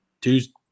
Tuesday